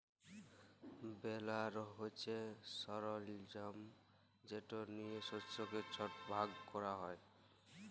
বেলার হছে সরলজাম যেট লিয়ে শস্যকে ছট ভাগ ক্যরা হ্যয়